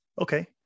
okay